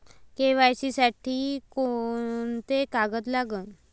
KYC साठी कोंते कागद लागन?